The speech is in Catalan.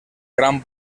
gran